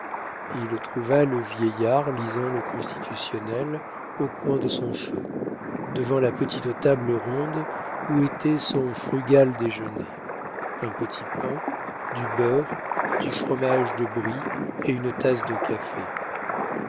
il trouva le vieillard lisant le constitutionnel au coin de son feu devant la petite table ronde où était son frugal déjeuner un petit pain du beurre du fromage de brie et une tasse de café